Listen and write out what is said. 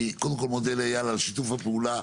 אני קודם כל מודה לאייל על שיתוף הפעולה.